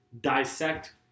dissect